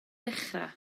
dechrau